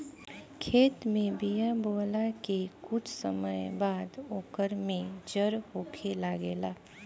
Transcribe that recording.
खेत में बिया बोआला के कुछ समय बाद ओकर में जड़ होखे लागेला